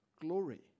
glory